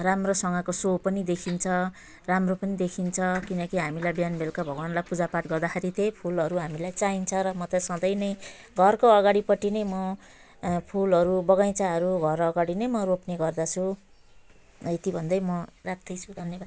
राम्रोसँगको सो पनि देखिन्छ राम्रो पनि देखिन्छ किनकि हामीलाई बिहान बेलुका भगवानलाई पुजापाठ गर्दाखेरि त्यही फुलहरू हामीलाई चाहिन्छ र म त सधैँ नै घरको अगाडिपट्टि नै म फुलहरू बगैँचाहरू घरअगाडि नै म रोप्नेगर्दछु यति भन्दै म राख्दैछु धन्यवाद